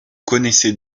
connaissez